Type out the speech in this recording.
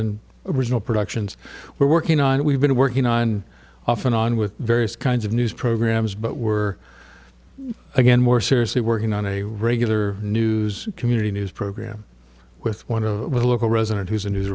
and original productions we're working on it we've been working on off and on with various kinds of news programs but we're again more seriously working on a regular news community news program with one of the local resident who's a news